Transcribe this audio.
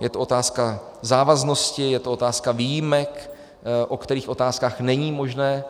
Je to otázka závaznosti, je to otázka výjimek, o kterých otázkách není možné